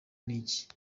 niki